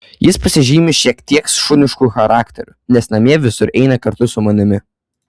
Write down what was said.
jis pasižymi šiek tiek šunišku charakteriu nes namie visur eina kartu su manimi